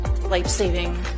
life-saving